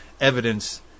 evidence